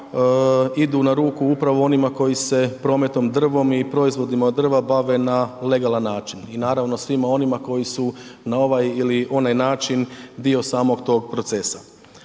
idu na ruku upravo onima koji se prometom drvom i proizvodima od drva bave na legalan način i naravno svima onima koji su na ovaj ili onaj način dio samog tog procesa.